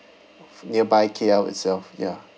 nearby K_L itself ya